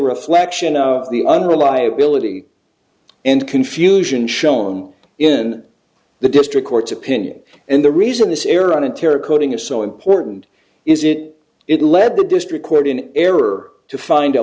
reflection of the unreliability and confusion shown in the district court's opinion and the reason this error on a terror coding is so important is it it led the district court in error to find a